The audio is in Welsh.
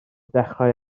dechrau